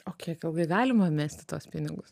o kiek ilgai galima mesti tuos pinigus